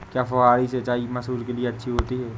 क्या फुहारी सिंचाई मसूर के लिए अच्छी होती है?